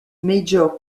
major